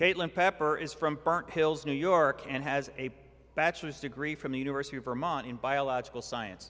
pepper is from burnt hills new york and has a bachelor's degree from the university of vermont in biological science